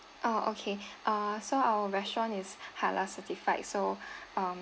ah okay uh so our restaurant is halal certified so um